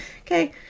okay